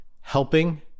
helping